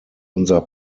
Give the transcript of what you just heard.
unser